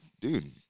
dude